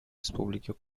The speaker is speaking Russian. республике